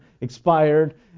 expired